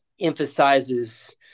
emphasizes